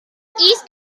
east